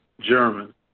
German